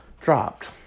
dropped